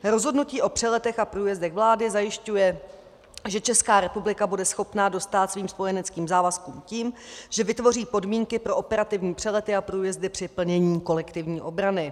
Rozhodnutí vlády o přeletech a průjezdech zajišťuje, že Česká republika bude schopna dostát svým spojeneckým závazkům tím, že vytvoří podmínky pro operativní přelety a průjezdy při plnění kolektivní obrany.